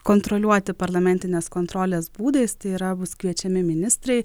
kontroliuoti parlamentinės kontrolės būdaistai yra bus kviečiami ministrai